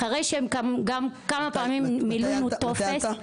אחרי שהם כמה פעמים מלאנו טופס,